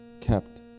kept